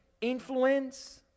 influence